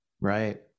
Right